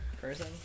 person